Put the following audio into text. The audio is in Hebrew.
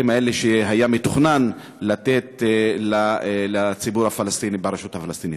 האלה שהיה מתוכנן לתת לציבור הפלסטיני ברשות הפלסטינית?